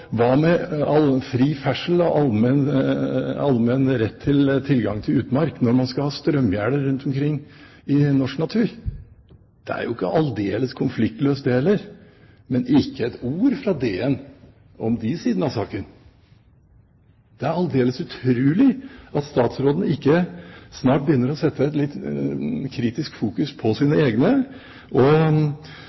hva med fri ferdsel og allmenn rett til tilgang til utmark, når man skal ha strømgjerder rundt omkring i norsk natur? Det er jo ikke aldeles konfliktløst det heller. Men ikke et ord fra DN om de sidene av saken. Det er aldeles utrolig at statsråden ikke snart begynner å sette et litt kritisk fokus på sine egne, og